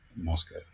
Moscow